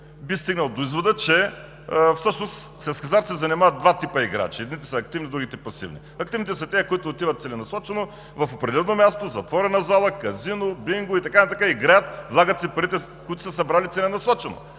би стигнал до извода, че с хазарт се занимават два типа играчи – едните са активни, другите пасивни. Активните са тези, които отиват целенасочено в определено място – в затворена зала, казино, Бинго и така нататък, да играят, влагат си парите, които са събрали целенасочено.